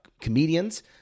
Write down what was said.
comedians